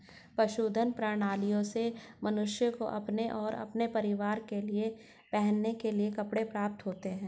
पशुधन प्रणालियों से मनुष्य को अपने और अपने परिवार के लिए पहनने के कपड़े प्राप्त होते हैं